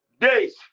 days